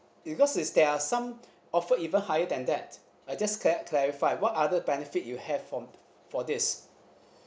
because is there are some offer even higher than that uh just clarify what other benefit you have from for this